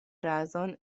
frazon